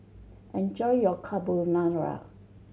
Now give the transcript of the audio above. enjoy your Carbonara